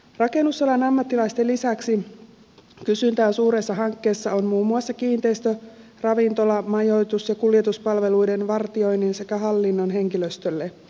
rakennusalan ammattilaisten lisäksi kysyntää suuressa hankkeessa on muun muassa kiinteistö ravintola majoitus ja kuljetuspalveluiden vartioinnin sekä hallinnon henkilöstölle